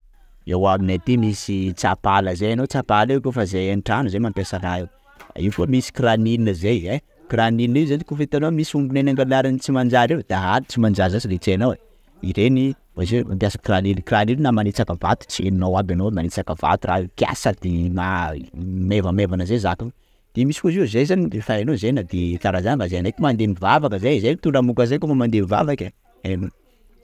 Ewa aminay aty misy tsapala zay hainao tsapala io kôfa zay antrano zay mampiasa raha io, io misy kiranile zay ein! _x000D_ Kranile io zany kôfa itanao misy ombinay nangalarin'ny tsy manjary reo, dahalo tsy manjary zany sôde tsy hainao e! _x000D_ Ireny mampiasa kiranike kiranile na manitsaka vato tsy henonao aby anao nanitsaka vato raha io, kiasy de mai- maivamaivana zay zaka io; de misy koa izy io, zay zany, efa hainao zahay na de kara zany, zahay mandeha mivavaka zay, zay mitondra mocassin zay kôfa mandeha mivavaka e!